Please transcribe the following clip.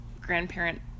grandparent